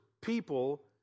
people